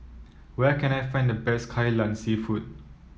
where can I find the best Kai Lan seafood